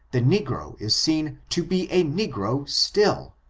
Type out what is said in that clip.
the negro is seen to be a negro still.